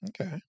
Okay